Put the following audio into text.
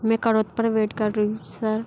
मैं करोत पर वेट कर रही हूँ सर